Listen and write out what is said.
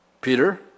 Peter